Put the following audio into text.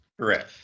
Correct